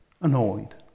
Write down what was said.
annoyed